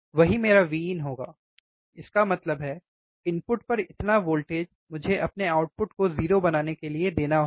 वही मेरा Vin होगा इसका मतलब है इनपुट पर इतना वोल्टेज मुझे अपने आउटपुट को 0 बनाने के लिए देना होगा